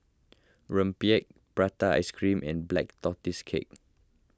Rempeyek Prata Ice Cream and Black Tortoise Cake